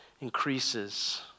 increases